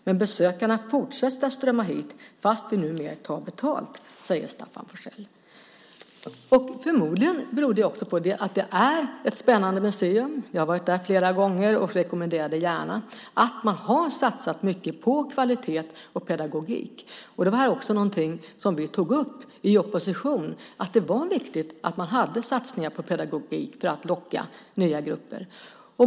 Men besökarna fortsätter att strömma hit fast vi numera tar betalt, säger Staffan Forssell." Förmodligen beror det också på att detta är ett spännande museum - jag har varit där flera gånger och rekommenderar det gärna - och att man har satsat mycket på kvalitet och pedagogik. Detta är någonting som vi tog upp också i opposition: vikten av att satsa på pedagogik för att locka nya grupper.